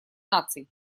наций